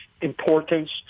importance